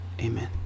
amen